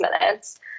minutes